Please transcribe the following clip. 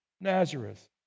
Nazareth